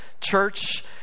Church